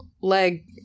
leg